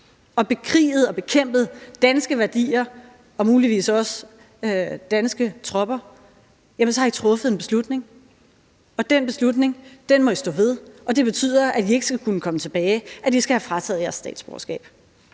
og bekriget og bekæmpet danske værdier og muligvis også danske tropper, jamen så har I truffet en beslutning; og den beslutning må I stå ved, og det betyder, at I ikke skal kunne komme tilbage, at I skal have frataget jeres statsborgerskab.